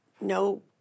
no